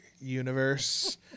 universe